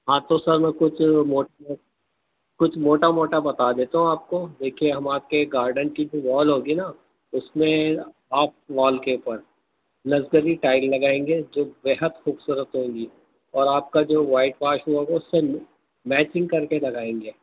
ہاں تو سر میں کچھ کچھ موٹا موٹا بتا دیتا ہوں آپ کو دیکھیے ہم آپ کے گارڈن کی جو وال ہوگی نا اس میں آپ وال کے اوپر لگزری ٹائل لگائیں گے جو بےحد خوبصورت ہوں گی اور آپ کا جو وائٹ واش میں ہوگا اس سے میچنگ کر کے لگائیں گے